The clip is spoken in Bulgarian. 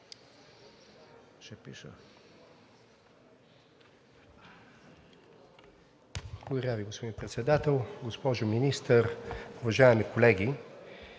Благодаря Ви, господин Председател. Госпожо Министър, уважаеми колеги!